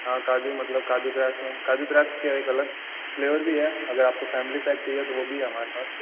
हाँ काजू मतलब काजू में काजू के एक अलग फ्लेवर भी है अगर आपको फैमिली पैक चाहिए तो वो भी हमारे पास